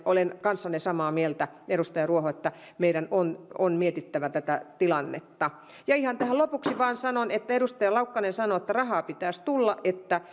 olen kanssanne samaa mieltä edustaja ruoho että meidän on on mietittävä tätä tilannetta ja ihan tähän lopuksi vain sanon että kun edustaja laukkanen sanoi että rahaa pitäisi tulla että